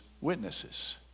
witnesses